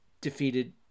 defeated